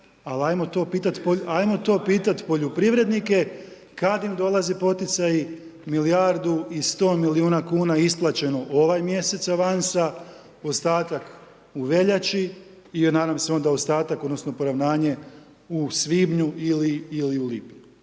ali ajmo to pitati poljoprivrednike, kada im dolaze poticaji milijardi i 100 milijuna kn isplaćeno ovaj mjesec avansa ostatak u veljači i nadam se onda ostatak odnosno, poravnanje u svibnju ili u lipnju,